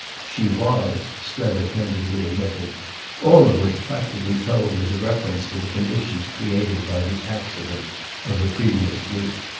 she was, strether candidly admitted all of which practically told as a reference to the conditions created by the accident of the previous week.